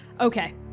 Okay